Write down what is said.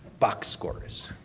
box scores.